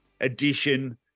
edition